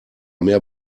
mehr